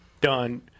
done